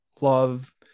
love